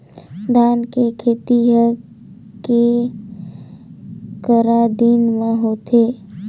धान के खेती हर के करा दिन म होथे?